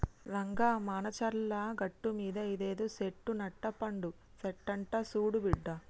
రంగా మానచర్ల గట్టుమీద ఇదేదో సెట్టు నట్టపండు సెట్టంట సూడు బిడ్డా